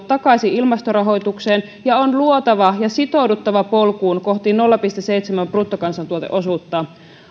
takaisin ilmastorahoitukseen ja on luotava ja sitouduttava polkuun kohti nolla pilkku seitsemän prosentin bruttokansantuoteosuutta